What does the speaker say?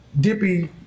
dippy